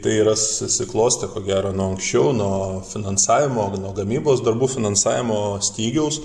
tai yra susiklostę ko gero nuo anksčiau nuo finansavimo nuo gamybos darbų finansavimo stygiaus